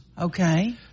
Okay